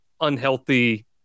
unhealthy